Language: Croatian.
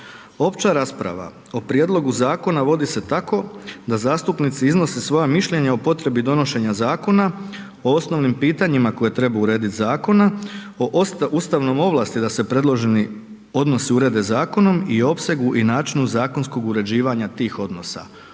„Opća rasprava o prijedlogu zakona vodi se tako da zastupnici iznose svoja mišljenja o potrebi donošenja zakona o osnovnim pitanjima koje treba urediti zakona, o ustavnoj ovlasti da se predloženi odnosi urede zakonom i opsegu i načinu zakonskog uređivanja tih odnosa.“.